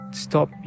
stop